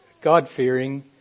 God-fearing